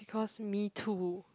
because me too